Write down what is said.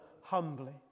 humbly